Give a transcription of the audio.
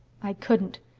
i couldn't.